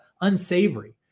unsavory